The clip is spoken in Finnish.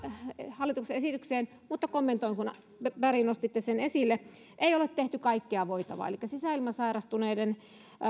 hallituksen esitykseen mutta kommentoin kun berg nostitte sen esille ei ole tehty kaikkea voitavaa elikkä sisäilmasairastuneiden